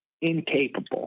incapable